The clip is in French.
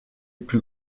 plus